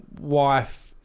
wife